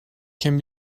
can